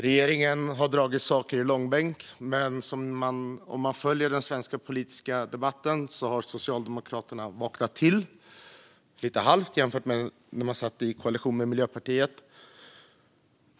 Regeringen har dragit saker i långbänk, men om man följer den svenska politiska debatten kan man se att Socialdemokraterna lite halvt har vaknat till jämfört med när man satt i koalitionsregering med Miljöpartiet.